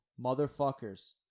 Motherfuckers